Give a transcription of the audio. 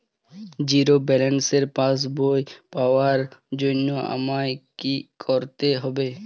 Zero ব্যালেন্সের পাসবই পাওয়ার জন্য আমায় কী করতে হবে?